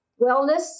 wellness